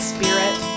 Spirit